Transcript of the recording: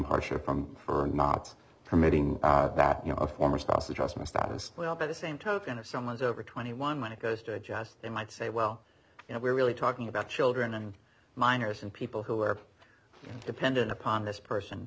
hardship from for not permitting that you know a former spouse who just missed out as well by the same token if someone's over twenty one when it goes to adjust they might say well you know we're really talking about children and minors and people who are dependent upon this person